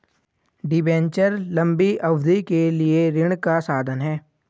debenture लंबी अवधि के लिए ऋण का साधन है